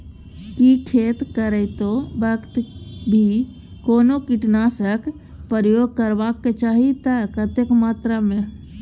की खेत करैतो वक्त भी कोनो कीटनासक प्रयोग करबाक चाही त कतेक मात्रा में?